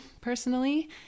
personally